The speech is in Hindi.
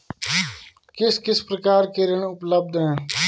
किस किस प्रकार के ऋण उपलब्ध हैं?